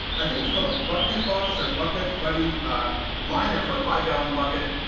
i think it's called a bucket boss or bucket buddy liner for a five-gallon bucket,